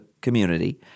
community—